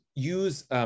use